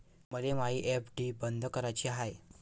मले मायी एफ.डी बंद कराची हाय